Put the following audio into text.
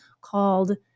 called